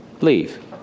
Leave